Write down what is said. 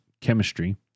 chemistry